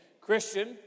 Christian